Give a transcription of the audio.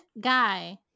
guy